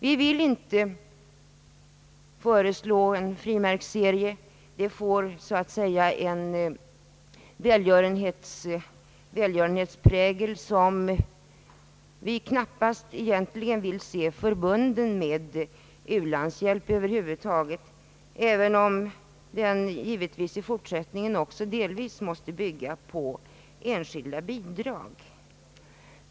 Vi vill inte föreslå en frimärksserie; det får en välgörenhetsprägel som vi icke vill se förbunden med u-landshjälpen över huvud taget, även om den givetvis i fortsättningen delvis måste bygga på enskilda bidrag.